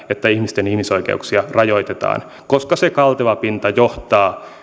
että ihmisten ihmisoikeuksia rajoitetaan koska se kalteva pintaa johtaa